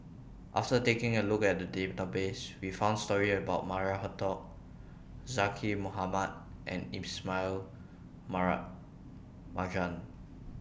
after taking A Look At The Database We found stories about Maria Hertogh Zaqy Mohamad and Ismail Mara Marjan